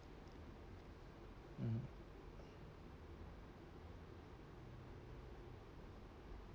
mmhmm